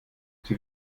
sie